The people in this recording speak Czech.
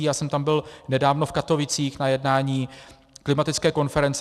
Já jsem tam byl nedávno v Katovicích na jednání klimatologické konference.